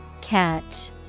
Catch